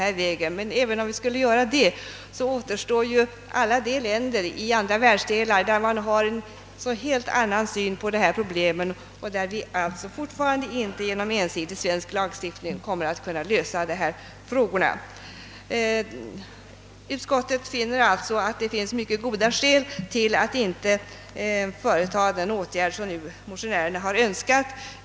Även om vi skulle komma dithän återstår sedan alla de länder i andra världsdelar, där man har en helt annan syn på dessa problem och där man fortfarande inte genom ensidig svensk lagstiftning kan klara upp svårigheterna. Utskottet finner alltså att det finns mycket goda skäl att inte företa den åtgärd som motionärerna önskar.